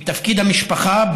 בתפקיד המשפחה,